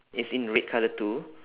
is in red colour too